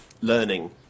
learning